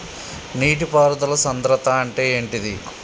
నీటి పారుదల సంద్రతా అంటే ఏంటిది?